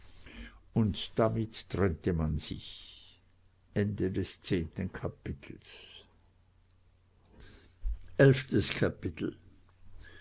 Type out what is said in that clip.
und danach trennte man sich